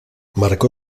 marcó